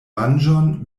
manĝon